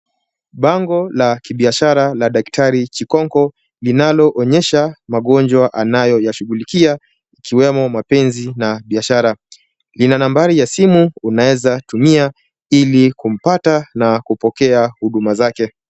Bango la kibiashara la daktari Chikonko linaloonyesha magonjwa anayoyashughulikia ikiwemo mapenzi na biashara. Lina nambari ya simu unaeza tumia ili kumpata na kupokea huduma zake.